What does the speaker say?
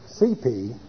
CP